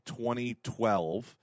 2012